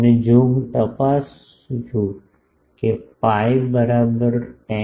અને જો હું તપાસું છું કે pi બરાબર 10